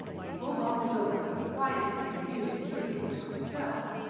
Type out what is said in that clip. he pulled off his overcoat quite as if he were used to doing things for himself,